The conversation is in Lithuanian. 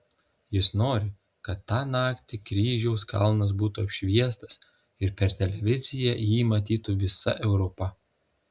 jis nori kad tą naktį kryžiaus kalnas būtų apšviestas ir per televiziją jį matytų visa europa